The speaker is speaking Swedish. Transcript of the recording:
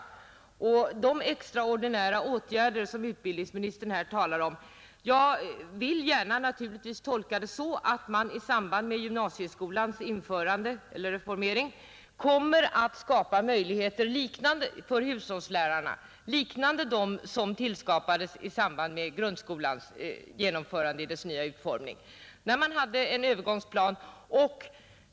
Vad beträffar de extraordinära åtgärder som utbildningsministern här talar om vill jag naturligtvis gärna tolka det så att man i samband med gymnasieskolans reformerande kommer att skapa möjligheter för hushållslärarna, liknande dem som tillskapades i samband med grundskolans genomförande i dess nya utformning, när man hade en övergångsplan.